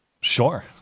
Sure